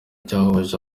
cyahuje